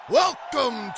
welcome